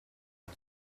ihm